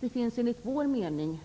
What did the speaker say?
Det finns enligt vår mening